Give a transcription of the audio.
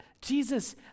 Jesus